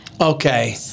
Okay